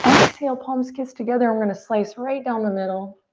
exhale, palms kiss together and we're gonna slice right down the middle.